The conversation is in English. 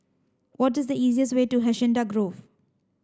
what is the easiest way to Hacienda Grove